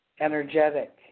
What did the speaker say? energetic